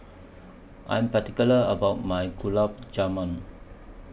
I Am particular about My Gulab Jamun